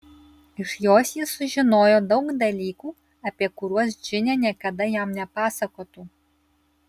iš jos jis sužinojo daug dalykų apie kuriuos džinė niekada jam nepasakotų